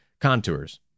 contours